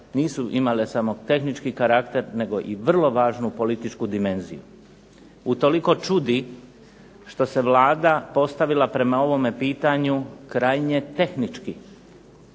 nisu imale samo tehnički karakter nego i vrlo važnu političku dimenziju. Utoliko čudi što se Vlada postavila prema ovome pitanju krajnje tehnički,